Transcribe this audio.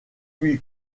lui